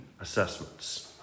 assessments